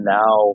now